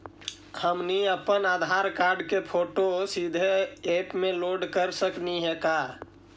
हमनी अप्पन आधार कार्ड के फोटो सीधे ऐप में अपलोड कर सकली हे का?